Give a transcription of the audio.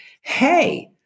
hey